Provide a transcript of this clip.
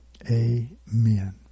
Amen